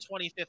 25th